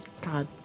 God